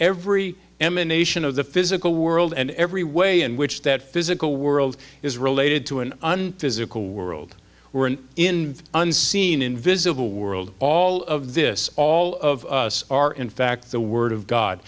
every emanation of the physical world and every way in which that physical world is related to an unfit sickle world we're in unseen invisible world all of this all of us are in fact the word of god